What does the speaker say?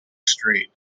street